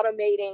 automating